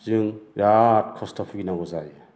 जों बिराद खस्थ' बुगिनांगौ जायो